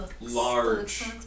large